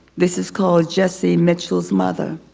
this is called jesse mitchell's mother.